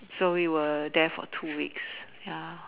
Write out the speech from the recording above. so we were there for two weeks ya